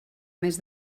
més